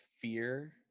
fear